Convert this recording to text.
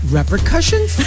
repercussions